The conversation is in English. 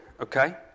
okay